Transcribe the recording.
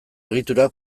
egiturak